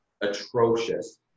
atrocious